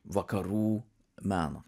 vakarų meną